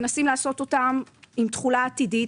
מנסים לעשות אותם עם תחולה עתידית,